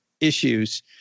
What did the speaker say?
issues